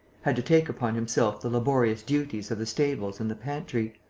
had to take upon himself the laborious duties of the stables and the pantry.